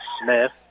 Smith